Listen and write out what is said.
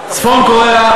צפון-קוריאה,